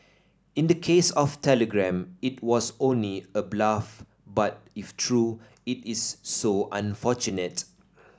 in the case of Telegram it was only a bluff but if true it is so unfortunate